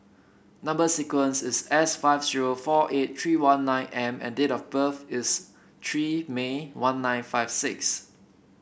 number sequence is S five zero four eight three one nine M and date of birth is three May one nine five six